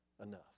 enough